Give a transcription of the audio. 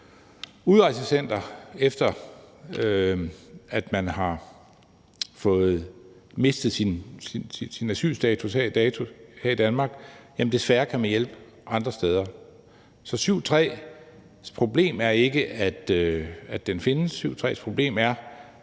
udrejsecenter, efter at man har mistet sin asylstatus her i Danmark, des færre kan vi hjælpe andre steder. Så problemet med § 7, stk.